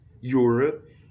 Europe